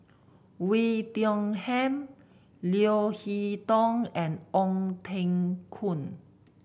Oei Tiong Ham Leo Hee Tong and Ong Teng Koon